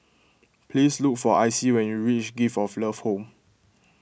please look for Icey when you reach Gift of Love Home